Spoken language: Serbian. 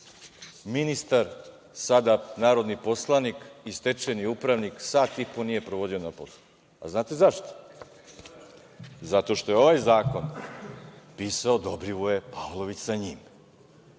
ministar, sada narodni poslanik i stečajni upravnik, sat i po nije provodio na poslu, a znate zašto? Zato što je ovaj zakon pisao Dobrivoje Pavlović sa njim,